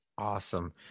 awesome